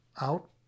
out